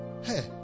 Hey